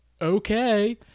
okay